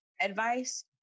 advice